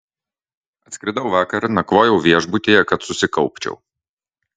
atskridau vakar nakvojau viešbutyje kad susikaupčiau